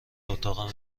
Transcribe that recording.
اتاقم